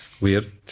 weird